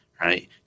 right